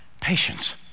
patience